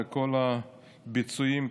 וכל הביצועים,